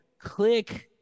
Click